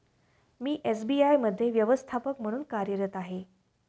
मी SBI मध्ये व्यवस्थापक म्हणून कार्यरत आहे